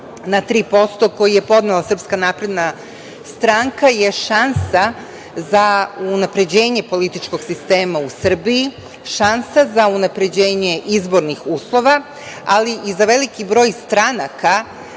na 3% koji je podnela SNS je šansa za unapređenje političkog sistema u Srbiji, šansa za unapređenje izbornih uslova, ali i za veliki broj stranaka